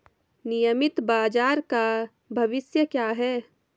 नियमित बाजार का भविष्य क्या है?